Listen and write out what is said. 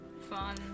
Fun